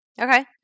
Okay